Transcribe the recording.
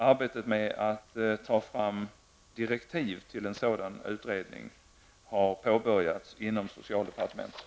Arbetet med att ta fram direktiv till en sådan utredning har påbörjats inom socialdepartementet.